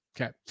Okay